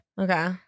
Okay